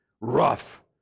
Rough